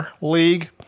league